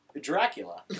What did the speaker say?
Dracula